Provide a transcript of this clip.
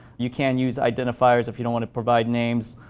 you can use identifiers if you don't want to provide names,